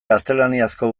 gaztelaniazko